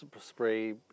spray